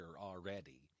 already